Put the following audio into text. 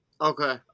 Okay